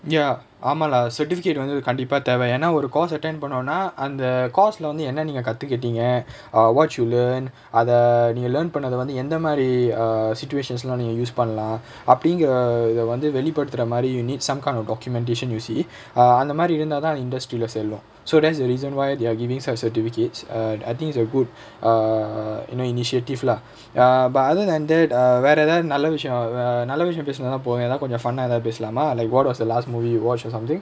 ya ஆமா:aamaa lah certificate வந்து கண்டிப்பா தேவ ஏனா ஒரு:vanthu kandippaa theva yaenaa oru course attend பண்ணொன்னா அந்த:pannonaa antha course lah வந்து என்ன நீங்க கத்துகிட்டிங்க:vanthu enna neenga kathukitteenga ah what should learn அத நீங்க:atha neenga learn பண்ணத வந்து எந்த மாரி:pannatha vanthu entha maari err situations leh நீங்க:neenga use பண்லா அப்டிங்க இத வந்து வெளி படுத்துர மாரி:panla apdinga itha vanthu veli paduthura maari you need some kind of documentation you see uh அந்தமாரி இருந்தாதா:anthamaari irunthatha industry lah செல்லு:sellu so that's the reason why they are giving such certificates ah I think it's a good err you know initiative lah ya but other than that uh வேற எதாவது நல்ல விஷயோ:vera ethaavathu nalla vishayo err நல்ல விஷயோ பேசினாதா போவ எதாவது கொஞ்சோ:nalla vishayo pesinaathaa pova ethaavathu konjo fun ah எதாவது பேசலாமா:ethaavathu pesalaamaa like what was the last movie you watch or something